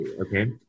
Okay